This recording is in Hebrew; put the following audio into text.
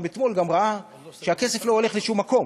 אתמול גם ראה שהכסף לא הולך לשום מקום.